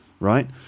right